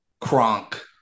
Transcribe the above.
Kronk